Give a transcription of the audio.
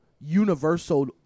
universal